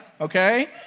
okay